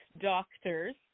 doctors